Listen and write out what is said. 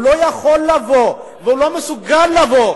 הוא לא יכול לבוא והוא לא מסוגל לבוא,